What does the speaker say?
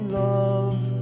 love